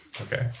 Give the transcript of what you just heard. Okay